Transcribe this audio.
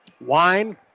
Wine